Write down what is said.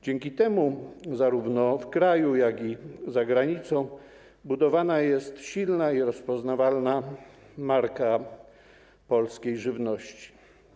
Dzięki temu zarówno w kraju, jak i za granicą budowana jest silna i rozpoznawalna marka polskiej żywności.